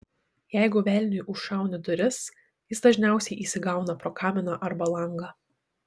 jeigu velniui užšauni duris jis dažniausiai įsigauna pro kaminą arba langą